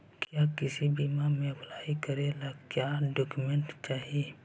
किसी भी बीमा में अप्लाई करे ला का क्या डॉक्यूमेंट चाही?